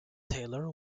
taylor